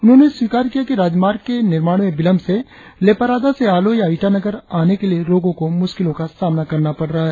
उन्होंने स्वीकार किया कि राजमार्ग के निर्माण में विलंब से लेपारादा से आलों या ईटानगर आने के लिए लोगो को मुस्किलों का सामना करना पड़ रहा है